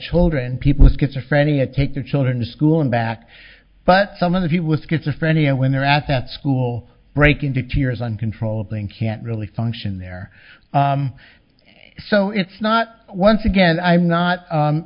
children people of schizophrenia take their children to school and back but some of the few with schizophrenia when they're at that school break into to years uncontrollably and can't really function there so it's not once again i'm not